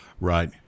Right